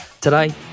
Today